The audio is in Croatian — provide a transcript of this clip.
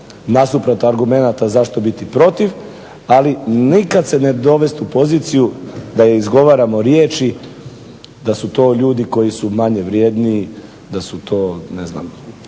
nasuprot argumenata zašto biti protiv, ali nikad se ne dovest u poziciju da izgovaramo riječi da su to ljudi koji su manje vrijedni, da su to, bilo